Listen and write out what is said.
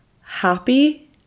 happy